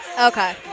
Okay